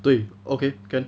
对 okay can